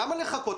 למה לחכות?